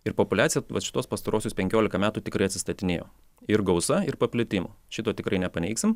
ir populiacija vat šituos pastaruosius penkiolika metų tikrai atstatinėjo ir gausa ir paplitimu šito tikrai nepaneigsim